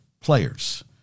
players